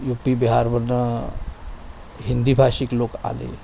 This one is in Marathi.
यू पी बिहारमधून हिंदी भाषिक लोक आले